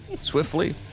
Swiftly